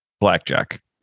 blackjack